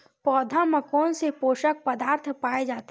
पौधा मा कोन से पोषक पदार्थ पाए जाथे?